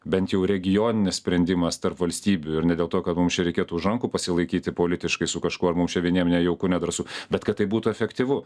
bent jau regioninis sprendimas tarp valstybių ir ne dėl to kad mums čia reikėtų už rankų pasilaikyti politiškai su kažkuo ar mums čia vieniem nejauku nedrąsu bet kad tai būtų efektyvu